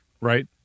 right